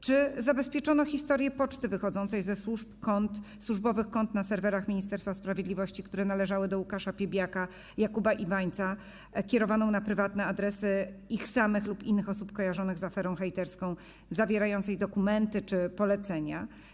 Czy zabezpieczono historię poczty wychodzącej ze służbowych kont na serwerach Ministerstwa Sprawiedliwości, które należały do Łukasza Piebiaka, Jakuba Iwańca, kierowanej na prywatne adresy ich samych lub innych osób kojarzonych z aferą hejterską, zawierającej dokumenty czy polecenia?